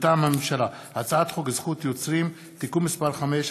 מטעם הממשלה: הצעת חוק זכות יוצרים (תיקון מס' 5),